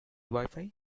wifi